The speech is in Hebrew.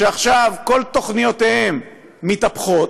שעכשיו כל תוכניותיהם מתהפכות